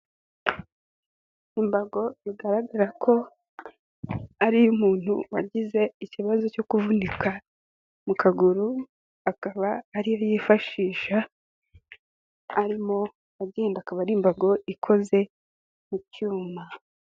Imbago bigaragara ko ari iy'umuntu wagize ikibazo cyo kuvunika mu kaguru, akaba ari yo yifashisha arimo agenda, akaba ari imbago ikoze mu cyuma.